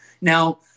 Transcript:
Now